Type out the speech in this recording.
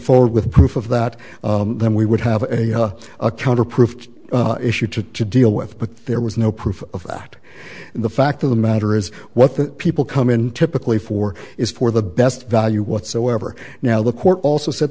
forward with proof of that then we would have a counter proof issue to deal with but there was no proof of that and the fact of the matter is what the people come in typically for is for the best value whatsoever now the court also said